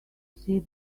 see